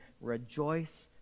Rejoice